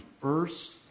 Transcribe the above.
first